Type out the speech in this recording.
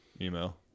Email